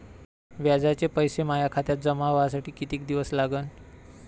व्याजाचे पैसे माया खात्यात जमा व्हासाठी कितीक दिवस लागन?